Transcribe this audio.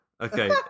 okay